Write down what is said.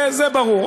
זה ברור.